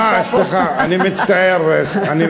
אה, סליחה, אני מצטער.